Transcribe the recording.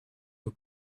who